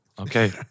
Okay